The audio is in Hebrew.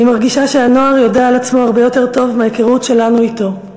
אני מרגישה שהנוער יודע את עצמו הרבה יותר טוב מההיכרות שלנו אתו.